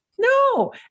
No